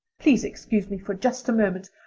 please excuse me for just a moment.